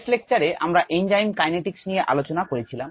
শেষ লেকচারে আমরা এনঞ্জাইম কাইনেটিকস নিয়ে আলোচনা করেছিলাম